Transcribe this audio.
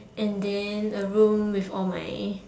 and then a room with all my